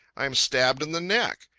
i am stabbed in the neck.